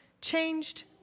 Changed